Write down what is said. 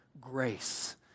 grace